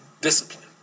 discipline